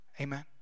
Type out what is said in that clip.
Amen